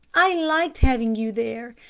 i liked having you there.